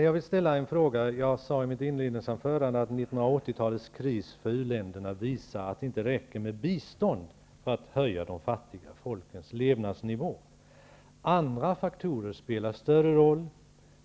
Jag sade i mitt inledningsanförande att 1980-talets kris i u-länderna visar att det inte räcker med bistånd för att höja de fattiga folkens levnadsnivå. Andra faktorer spelar större roll.